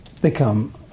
become